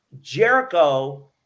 jericho